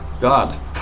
God